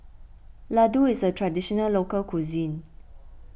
Ladoo is a Traditional Local Cuisine